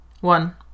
One